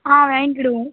வாங்கிடுவோம்